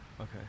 Okay